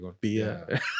beer